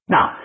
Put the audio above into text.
Now